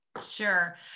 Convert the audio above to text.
Sure